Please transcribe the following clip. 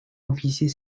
officier